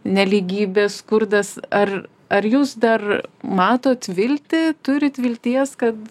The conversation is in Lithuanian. nelygybė skurdas ar ar jūs dar matot viltį turit vilties kad